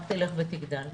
רק תלך ותגדל.